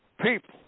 people